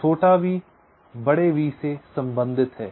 v V से संबंधित है